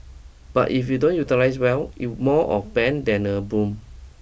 but if you don't utilise well it more of bane than a boon